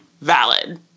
Valid